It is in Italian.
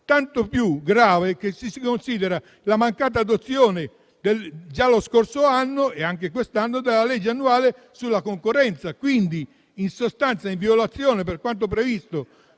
tanto più grave se si considera la mancata adozione già lo scorso anno - e anche quest'anno - della legge annuale sulla concorrenza, in violazione di quanto previsto